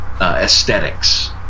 aesthetics